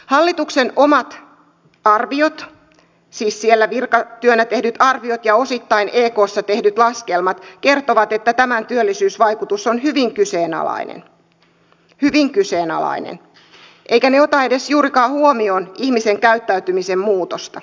hallituksen omat arviot siis siellä virkatyönä tehdyt arviot ja osittain ekssa tehdyt laskelmat kertovat että tämän työllisyysvaikutus on hyvin kyseenalainen hyvin kyseenalainen eivätkä ne ota edes juurikaan huomioon ihmisen käyttäytymisen muutosta